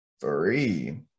Three